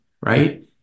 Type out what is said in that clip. right